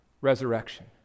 resurrection